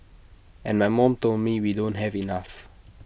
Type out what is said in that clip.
and my mom told me we don't have enough